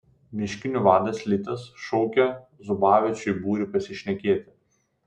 miškinių vadas litas šaukia zubavičių į būrį pasišnekėti